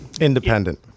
Independent